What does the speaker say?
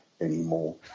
anymore